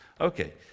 Okay